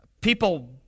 People